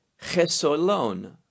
Chesolon